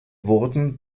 wurden